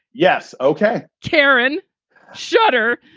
yes. ok. karen schutter,